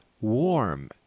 warm